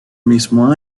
mismo